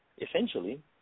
essentially